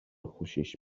خوشش